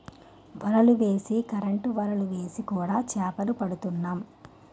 వలలు వేసి కరెంటు వలలు వేసి కూడా చేపలు పడుతున్నాం